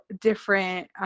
different